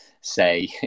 say